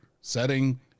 setting